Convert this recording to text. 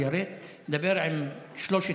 נתקבלה.